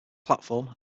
platform